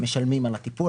משלמים על הטיפול,